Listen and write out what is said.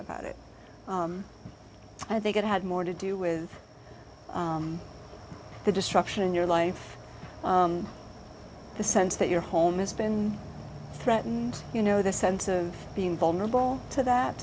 about it i think it had more to do with the destruction in your life the sense that your home has been threatened you know the sense of being vulnerable to that